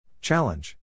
Challenge